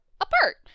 apart